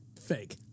Fake